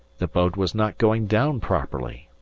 the boat was not going down properly!